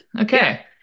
Okay